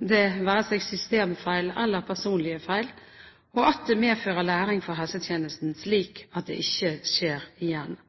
det være seg systemfeil eller personlige feil, og at det medfører læring for helsetjenesten, slik at det ikke skjer igjen.